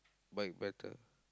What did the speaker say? bike better